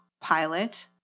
pilot